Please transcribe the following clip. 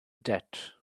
debt